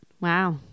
wow